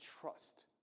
trust